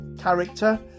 character